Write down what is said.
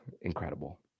incredible